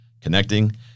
connecting